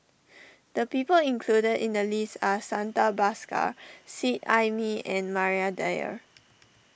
the people included in the list are Santha Bhaskar Seet Ai Mee and Maria Dyer